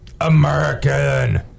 American